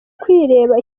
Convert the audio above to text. kwireba